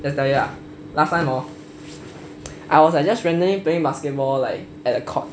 just tell you ah last time hor I was like just randomly playing basketball at a court